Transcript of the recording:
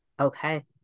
Okay